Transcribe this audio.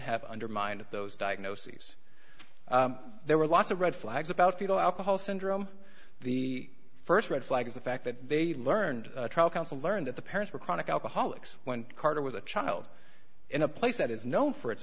have undermined those diagnoses there were lots of red flags about fetal alcohol syndrome the first red flag is the fact that they learned counsel learned that the parents were chronic alcoholics when carter was a child in a place that is known for its